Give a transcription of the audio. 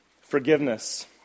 Forgiveness